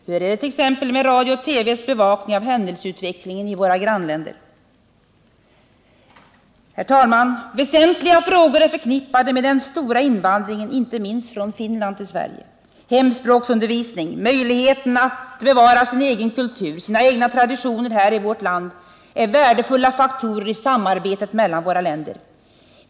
Hur är det t.ex. med radions och TV:s bevakning av händelseutvecklingen i våra grannländer? Väsentliga frågor är förknippade med den stora invandringen inte minst från Finland till Sverige. Hemspråksundervisning, möjligheten för invandrarna att bevara sin egen kultur, sina egna traditioner här i vårt land är värdefulla faktorer i samarbetet mellan våra länder.